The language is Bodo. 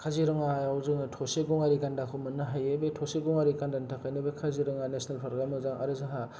काजिरङाआव जोङो थसे गंआरि गान्दाखौ मोननो हायो बे थसे गंआरिनि गान्दानि थाखायनो बे काजिरङा नेसिनेल पार्क आ मोजां आरो जोंहा